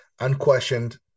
unquestioned